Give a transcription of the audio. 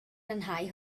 lanhau